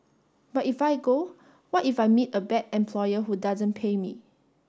but if I go what if I meet a bad employer who doesn't pay me